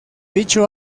dicho